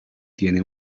tiene